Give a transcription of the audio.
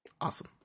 Awesome